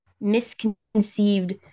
misconceived